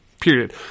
Period